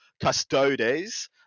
Custodes